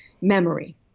memory